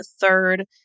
third